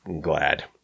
Glad